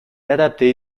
adapté